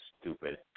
stupid